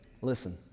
Listen